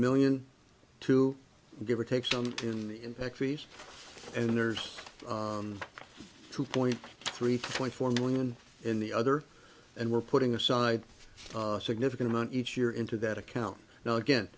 million to give or take sunk in the in factories and there's two point three point four million in the other and we're putting aside a significant amount each year into that account now again